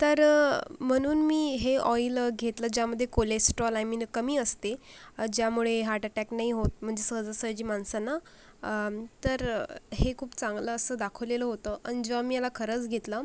तर म्हणून मी हे ऑइल घेतलं ज्यामध्ये कोलेस्ट्रोल आय मीन कमी असते ज्यामुळे हार्टअटॅक नाही होत म्हणजे सहजासहजी माणसांना तर हे खूप चांगलं असं दाखवलेलं होतं आणि जेव्हा मी ह्याला खरंच घेतलं